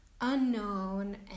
unknown